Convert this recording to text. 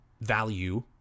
value